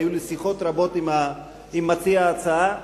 היו לי שיחות רבות עם מציע ההצעה.